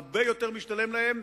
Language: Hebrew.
הרבה יותר משתלם להם,